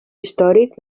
històric